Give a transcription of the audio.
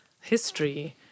history